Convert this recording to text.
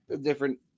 different